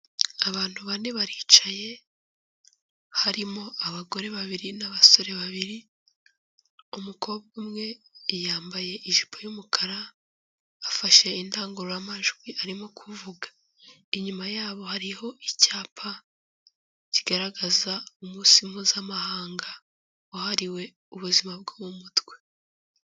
Abantu bane baricaye, harimo abagore babiri n'abasore babiri. Umukobwa umwe yambaye ijipo y'umukara afashe indangururamajwi arimo kuvuga. Inyuma yabo hariho icyapa kigaragaza umunsi mpuzamahanga wahariwe ubuzima bwo mu mutwe.